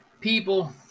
people